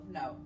no